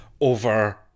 over